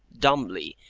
dumbly,